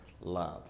love